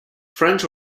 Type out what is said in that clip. friends